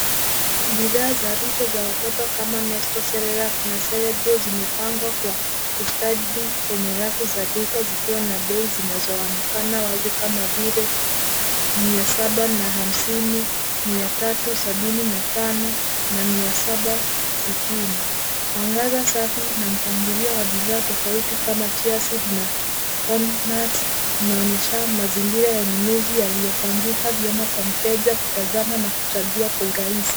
Bidhaa za lishe za watoto kama nesto, cerelac na cerebral zimepangwa kwa ustadi kwenye rafu za duka zikiwa na bei zinazoonekana wazi kama vile mia saba na hamsini, mia tatu sabini na tano na mia saba sitini. Mwangaza safi na mpangilio wa bidhaa tofauti kama cheer sea na corn nuts inaonyesha mazingira ya ununuzi yaliyopangika vyema kwa mteja kutazama na kuchagua kwa urahisi.